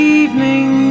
evening